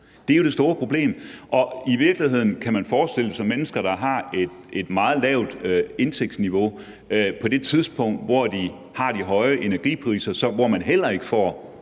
Det er jo det store problem. Og i virkeligheden kan man forestille sig mennesker, der har et meget lavt indtægtsniveau på det tidspunkt, hvor vi har de høje energipriser, og som heller ikke får